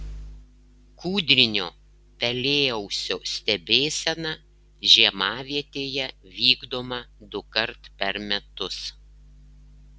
kūdrinio pelėausio stebėsena žiemavietėje vykdoma dukart per metus